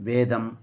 वेदः